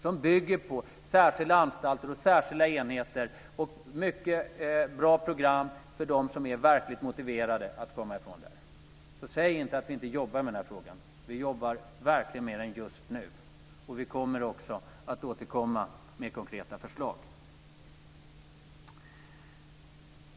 Det bygger på särskilda anstalter och särskilda enheter samt ett mycket bra program för dem som är verkligt motiverade att komma ifrån sitt missbruk. Så säg inte att vi inte jobbar med den här frågan! Vi jobbar verkligen med den just nu. Vi kommer också att återkomma med konkreta förslag.